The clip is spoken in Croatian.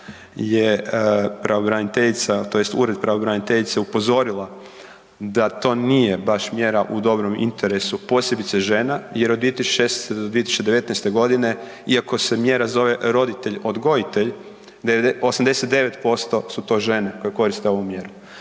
mjera i tada je Ured pravobraniteljice upozorila da to nije baš mjera u dobrom interesu, posebice žena jer od 2016. do 2019. godine iako se mjera zove roditelj-odgojitelj 89% su to žene koje koriste ovu mjeru.